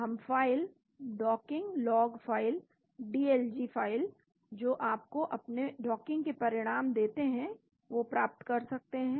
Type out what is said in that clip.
हम file docking log file DLG फाइलें जो आपको अपने डॉकिंग के परिणाम देते हैं प्राप्त कर सकते हैं